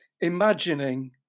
imagining